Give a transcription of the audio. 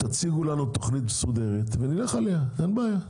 תציגו לנו תכנית מסודרת ונלך עליה, אין בעיה.